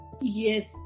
Yes